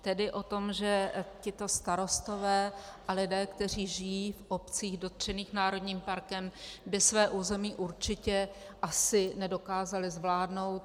Tedy o tom, že tito starostové a lidé, kteří žijí v obcích dotčených národním parkem, by své území určitě asi nedokázali zvládnout.